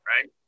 Right